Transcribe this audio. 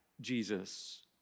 Jesus